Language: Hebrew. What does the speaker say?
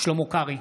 שלמה קרעי,